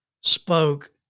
spoke